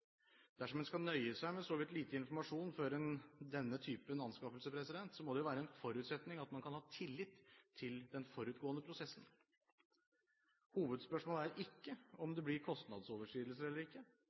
Dersom en skal nøye seg med så vidt lite informasjon før denne type anskaffelser, må det være en forutsetning at man kan ha tillit til den forutgående prosessen. Hovedspørsmålet er ikke om det blir kostnadsoverskridelser eller ikke. Hovedspørsmålet er om